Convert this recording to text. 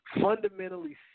fundamentally